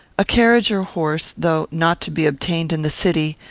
a carriage or horse, though not to be obtained in the city,